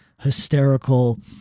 hysterical